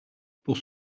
pour